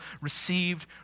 received